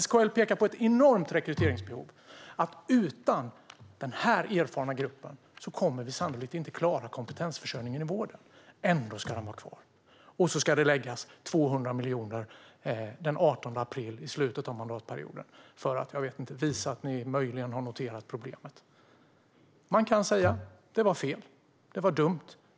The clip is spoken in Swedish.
SKL pekar på ett enormt rekryteringsbehov och på att vi utan denna erfarna grupp sannolikt inte kommer att klara kompetensförsörjningen i vården. Ändå ska skatten vara kvar. Och så lade ni 200 miljoner den 18 april, i slutet av mandatperioden, för att . jag vet inte, visa att ni möjligen har noterat problemet. Man kan säga: "Det var fel. Det var dumt.